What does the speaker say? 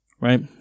right